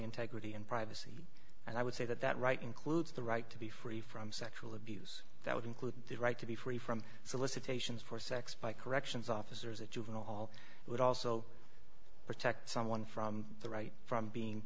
integrity and privacy and i would say that that right includes the right to be free from sexual abuse that would include the right to be free from solicitations for sex by corrections officers at juvenile hall would also protect someone from the right from being